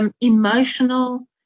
Emotional